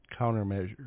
countermeasures